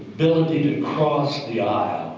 ability to cross the aisle